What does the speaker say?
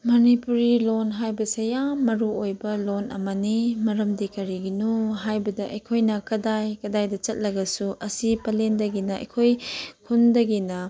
ꯃꯅꯤꯄꯨꯔꯤ ꯂꯣꯟ ꯍꯥꯏꯕꯁꯦ ꯌꯥꯝ ꯃꯔꯨ ꯑꯣꯏꯕ ꯂꯣꯟ ꯑꯃꯅꯤ ꯃꯔꯝꯗꯤ ꯀꯔꯤꯒꯤꯅꯣ ꯍꯥꯏꯕꯗ ꯑꯩꯈꯣꯏꯅ ꯀꯗꯥꯏ ꯀꯗꯥꯏꯗ ꯆꯠꯂꯒꯁꯨ ꯑꯁꯤ ꯄꯂꯦꯜꯗꯒꯤꯅ ꯑꯩꯈꯣꯏ ꯈꯨꯟꯗꯒꯤꯅ